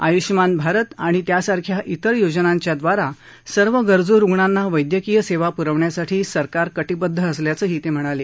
आयुष्यमान भारत आणि त्या सारख्या तिर योजनांव्दारा सर्व गरजू रुग्णांना वैद्यकीय सेवा पुरवण्यासाठी सरकार कटिबध्द असल्याचंही ते म्हणाले